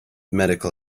medical